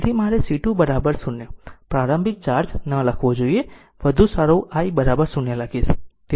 તેથી મારે C2 0 પ્રારંભિક ચાર્જ ન લખવો જોઈએ વધુ સારું I 0 લખીશ